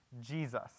Jesus